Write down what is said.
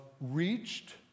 reached